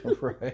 Right